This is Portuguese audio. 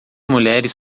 mulheres